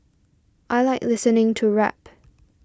I like listening to rap